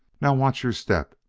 now watch your step,